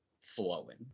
flowing